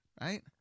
right